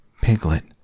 Piglet